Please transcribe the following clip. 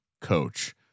coach